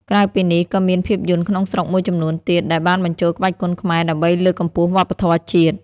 ក្រៅពីនេះ ក៏មានភាពយន្តក្នុងស្រុកមួយចំនួនទៀតដែលបានបញ្ចូលក្បាច់គុណខ្មែរដើម្បីលើកកម្ពស់វប្បធម៌ជាតិ។